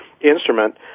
instrument